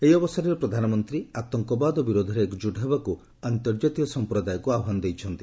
ଏହି ଅବସରରେ ପ୍ରଧାନମନ୍ତ୍ରୀ ଆତଙ୍କବାଦ ବିରୋଧରେ ଏକଜୁଟ ହେବାକୁ ଅନ୍ତର୍ଜାତୀୟ ସମ୍ପ୍ରଦାୟକୁ ଆହ୍ୱାନ ଦେଇଛନ୍ତି